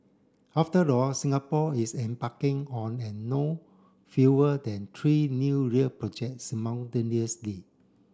after all Singapore is embarking on an no fewer than tree new rail projects simultaneously